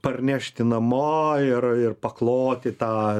parnešti namo ir ir pakloti tą